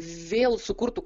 vėl sukurtų